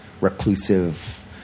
reclusive